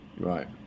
Right